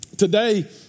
Today